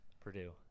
Purdue